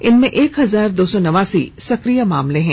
इनमें एक हजार दो सौ नवासी सक्रिय मामले हैं